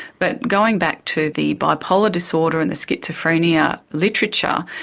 but going back to the bipolar disorder and the schizophrenia literature,